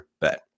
bet